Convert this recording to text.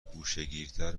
گوشهگیرتر